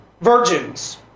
Virgins